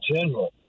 general